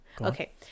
okay